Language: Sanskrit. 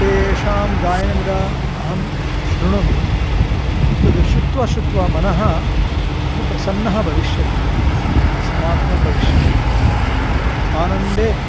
तेषां गायनं यदा अहं शृणोमि तत् शृत्वा शृत्वा मनः बहु प्रसन्नः भविष्यति समाधानं भविष्यति आनन्दे